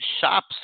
Shops